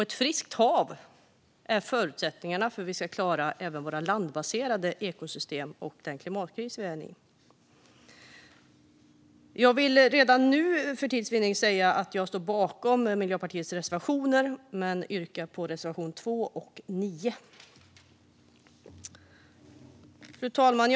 Ett friskt hav är förutsättningen för att vi ska klara även våra landbaserade ekosystem och den klimatkris vi är i. Jag vill redan nu säga att jag står bakom Miljöpartiets samtliga reservationer, men för tids vinning yrkar jag endast bifall till reservationerna 2 och 9. Fru talman!